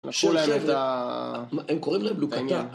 הם לקחו להם את ה... הם קוראים להם בלוקטה